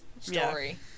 story